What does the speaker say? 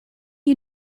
you